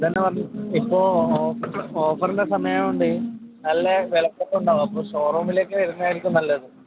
ഇന്ന് തന്നെ വന്നോ ഇപ്പോൾ ഓഫറിൻ്റെ സമയം ആയതുകൊണ്ട് നല്ല വിലക്കുറവുണ്ടാവും അപ്പം ഷോറൂമിലേക്ക് വരുന്നതായിരിക്കും നല്ലത്